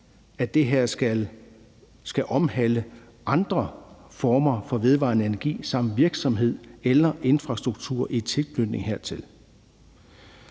at det her skal omhandle andre former for vedvarende energi samt virksomhed eller infrastruktur i tilknytning hertil.